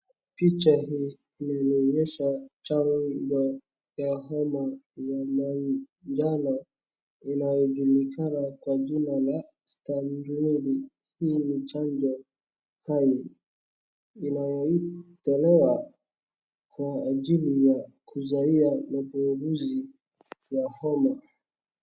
Picha hii inanionyesha chanjo ya homa ya manjano inayojulikana kwa jina la stamaril . Hii ni chanjo hai inayotolewa kwa ajili ya kuzuia maambukizi ya homa.